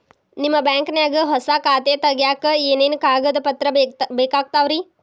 ನಿಮ್ಮ ಬ್ಯಾಂಕ್ ನ್ಯಾಗ್ ಹೊಸಾ ಖಾತೆ ತಗ್ಯಾಕ್ ಏನೇನು ಕಾಗದ ಪತ್ರ ಬೇಕಾಗ್ತಾವ್ರಿ?